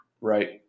Right